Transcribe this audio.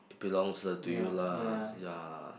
it belongs uh to you lah ya